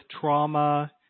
trauma